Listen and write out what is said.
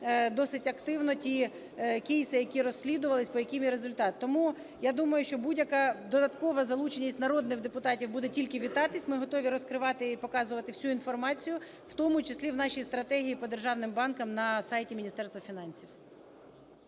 досить активно ті кейси, які розслідувались, по яким є результат. Тому я думаю, що будь-яка додаткова залученість народних депутатів буде тільки вітатись. Ми готові розкривати і показувати всю інформацію, в тому числі в нашій стратегії по державним банка на сайті Міністерства фінансів.